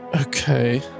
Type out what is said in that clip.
Okay